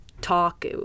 talk